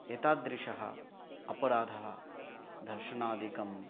एताद्दृशः अपराधः दर्शनादिकं